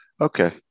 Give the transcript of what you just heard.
okay